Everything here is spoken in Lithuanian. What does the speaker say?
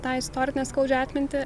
tą istorinę skaudžią atmintį